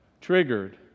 triggered